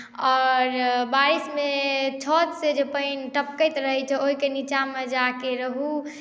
आओर बारिशमे छतसँ जे पानि टपकैत रहैत छै ओहिके नीचाँमे जा कऽ रहू